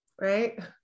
Right